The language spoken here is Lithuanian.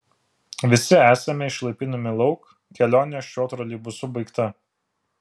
visi esame išlaipinami lauk kelionė šiuo troleibusu baigta